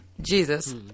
Jesus